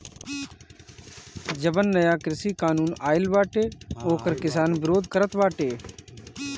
जवन नया कृषि कानून आइल बाटे ओकर किसान विरोध करत बाटे